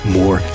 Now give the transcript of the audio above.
more